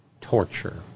torture